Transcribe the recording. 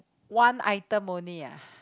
one item only ah